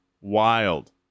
wild